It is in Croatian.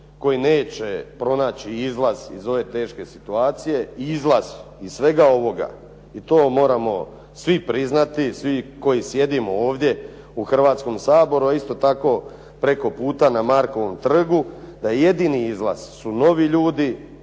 koji neće pronaći izlaz iz ove teške situacije, izlaz iz svega ovoga i to moramo svi priznati, svi koji sjedimo ovdje u Hrvatskom saboru a isto tako preko puta na Markovom trgu da jedini izlaz su novi ljudi,